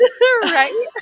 right